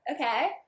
okay